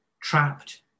trapped